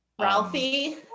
Ralphie